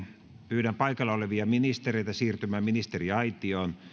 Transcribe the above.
pyydän paikalla olevia ministereitä siirtymään ministeriaitioon